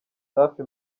safi